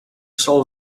solve